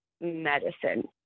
medicine